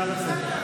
נא לצאת.